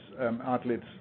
outlets